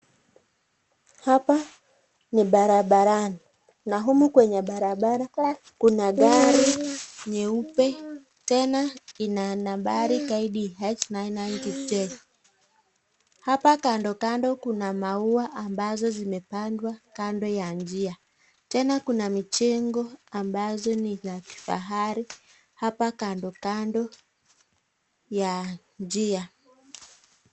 Hapa ni barabarani. Na humu kwenye barabara, kuna gari nyeupe. Tena ina nambari KDH 990J. Hapa kando kando kuna maua ambazo zimepandwa kando ya njia. Tena kuna mijengo ambazo ni za kifahari hapa kando kando ya njia.